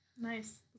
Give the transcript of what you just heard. Nice